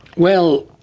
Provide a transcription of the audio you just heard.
well,